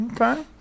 okay